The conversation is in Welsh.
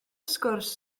sgwrs